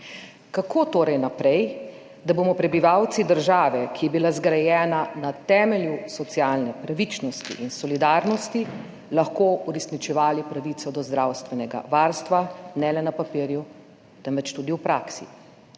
Kako torej naprej, da bomo prebivalci države, ki je bila zgrajena na temelju socialne pravičnosti in solidarnosti, lahko uresničevali pravico do zdravstvenega varstva ne le na papirju, temveč tudi v praksi?